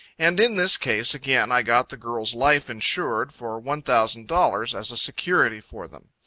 and in this case again i got the girl's life insured for one thousand dollars as a security for them.